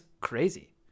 crazy